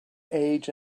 age